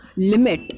limit